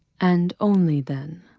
and only then,